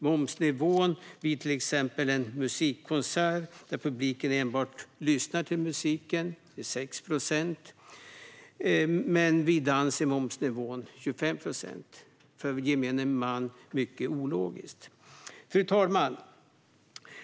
Momsnivån vid en musikkonsert där publiken enbart lyssnar till musiken är 6 procent, men vid dans är momsnivån 25 procent. För gemene man framstår detta som mycket ologiskt. Fru talman!